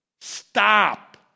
Stop